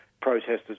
protesters